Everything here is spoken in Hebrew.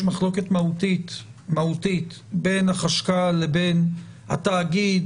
מחלוקת מהותית בין החשכ"ל לבין התאגיד,